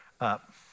up